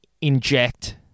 Inject